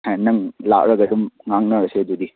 ꯅꯪ ꯂꯥꯛꯑꯒ ꯉꯥꯡꯅꯔꯁꯦ ꯑꯗꯨꯝ ꯑꯗꯨꯗꯤ